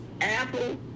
apple